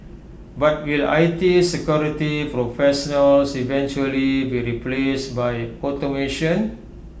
but will I T security professionals eventually be replaced by automation